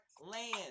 land